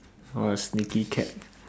!wah! sneaky cat